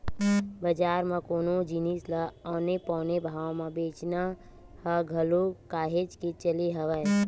बजार म कोनो जिनिस ल औने पौने भाव म बेंचना ह घलो काहेच के चले हवय